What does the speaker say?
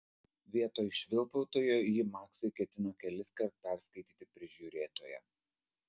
vietoj švilpautojo ji maksui ketino keliskart perskaityti prižiūrėtoją